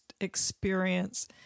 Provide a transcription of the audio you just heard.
experience